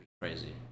Crazy